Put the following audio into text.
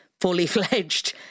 fully-fledged